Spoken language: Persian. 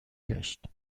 گشت